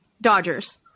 Dodgers